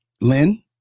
Lynn